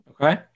Okay